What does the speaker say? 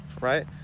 right